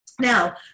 Now